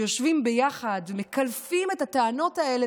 כשיושבים ביחד ומקלפים את הטענות האלה,